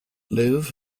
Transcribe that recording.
live